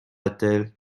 etel